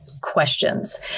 questions